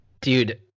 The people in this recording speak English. Dude